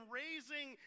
raising